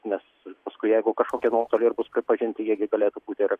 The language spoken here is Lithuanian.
nes paskui jeigu kažkokie nuostoliai ir bus pripažinti jie gi galėtų būti ir